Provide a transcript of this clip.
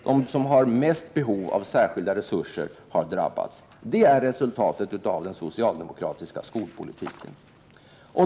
De som är i störst behov av särskilda resurser har drabbats. Det är resultatet av den socialdemokratiska skolpolitiken.